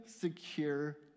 secure